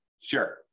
Sure